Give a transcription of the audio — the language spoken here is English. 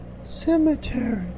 Cemetery